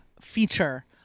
feature